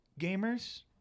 gamers